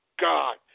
God